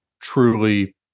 truly